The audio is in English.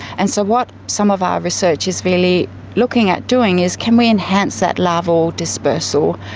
and so what some of our research is really looking at doing is can we enhance that larval dispersal,